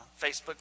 Facebook